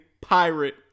Pirate